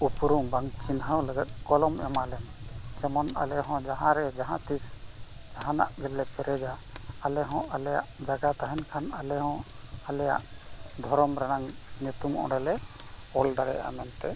ᱩᱯᱨᱩᱢ ᱵᱟᱝ ᱪᱤᱱᱦᱟᱹᱣ ᱞᱟᱹᱜᱤᱫ ᱠᱚᱞᱚᱢ ᱮᱢᱟ ᱞᱮᱢ ᱡᱮᱢᱚᱱ ᱟᱞᱮ ᱦᱚᱸ ᱡᱟᱦᱟᱸᱨᱮ ᱡᱟᱦᱟᱸ ᱛᱤᱥ ᱡᱟᱦᱟᱱᱟᱜ ᱜᱮᱞᱮ ᱯᱮᱨᱮᱡᱟ ᱟᱞᱮ ᱦᱚᱸ ᱟᱞᱮᱭᱟᱜ ᱡᱟᱭᱜᱟ ᱛᱟᱦᱮᱱ ᱠᱷᱟᱱ ᱟᱞᱮ ᱦᱚᱸ ᱟᱞᱮᱭᱟᱜ ᱫᱷᱚᱨᱚᱢ ᱨᱮᱱᱟᱜ ᱧᱩᱛᱩᱢ ᱚᱸᱰᱮᱞᱮ ᱚᱞ ᱫᱟᱲᱮᱭᱟᱜᱼᱟ ᱢᱮᱱᱛᱮ